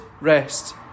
rest